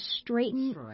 straighten